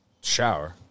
shower